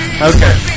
Okay